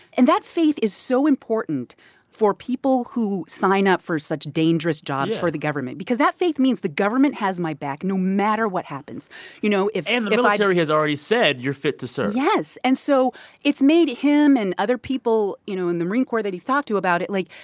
and that faith is so important for people who sign up for such dangerous jobs for the government because that faith means the government has my back no matter what happens you know? if i. and the military has already said you're fit to serve yes. and so it's made him and other people, you know, in the marine corps that he's talked to about it, like,